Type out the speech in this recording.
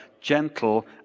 gentle